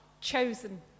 chosen